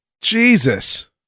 Jesus